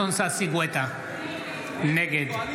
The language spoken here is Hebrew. אנחנו באמצע הצבעה, אדוני.